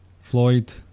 Floyd